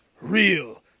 real